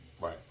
Right